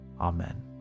Amen